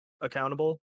accountable